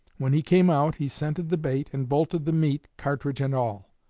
when he came out he scented the bait, and bolted the meat, cartridge and all.